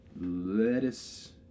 Lettuce